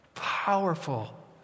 powerful